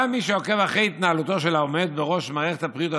גם מי שעוקב אחרי התנהלותו של העומד בראש מערכת הבריאות,